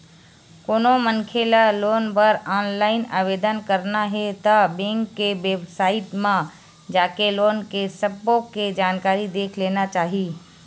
कोनो मनखे ल लोन बर ऑनलाईन आवेदन करना हे ता बेंक के बेबसाइट म जाके लोन के सब्बो के जानकारी देख लेना चाही